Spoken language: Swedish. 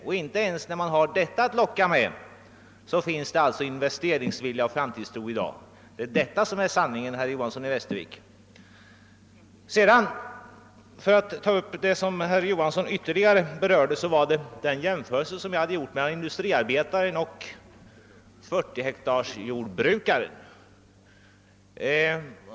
Men inte ens när man har detta att locka med finns alltså någon investeringsvilja eller framtidstro i dag. Det är detta som är sanningen, herr Johanson i Västervik. Herr Johanson berörde vidare den jämförelse jag gjort mellan industriarbetaren och :40-hektarsjordbrukaren.